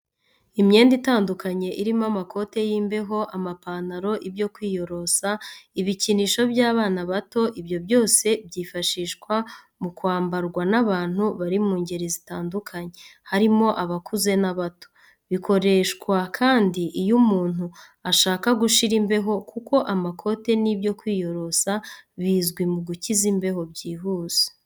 Imyenda itandukanye irimo amakote y'imbeho, amapantaro, ibyo kwiyorosa, ibikinisho by'abana bato, ibyo byose byifashishwa mu kwambarwa n'abantu bari mu ngeri zitandukanye, harimo abakuze n'abato. Bikoreshwa kandi iyo umuntu ashaka gushira imbeho kuko amakote n'ibyo kwiyorosa bizwi mu gukiza imbeho byihuse.